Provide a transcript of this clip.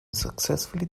successfully